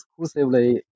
exclusively